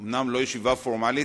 אומנם לא ישיבה פורמלית,